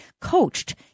coached